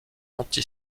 anti